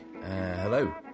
Hello